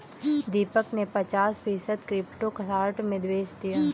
दीपक ने पचास फीसद क्रिप्टो शॉर्ट में बेच दिया